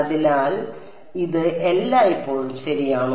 അതിനാൽ ഇത് എല്ലായ്പ്പോഴും ശരിയാണോ